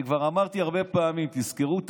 אני כבר אמרתי הרבה פעמים: תזכרו,